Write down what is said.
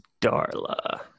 Darla